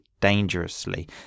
dangerously